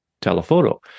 telephoto